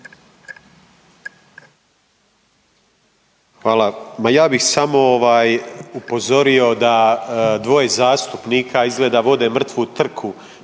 Hvala. Ma ja bih samo ovaj upozorio da dvoje zastupnika izgleda vode mrtvu trku